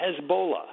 Hezbollah